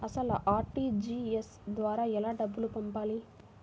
అసలు అర్.టీ.జీ.ఎస్ ద్వారా ఎలా డబ్బులు పంపాలి?